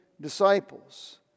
disciples